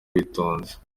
witonze